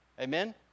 Amen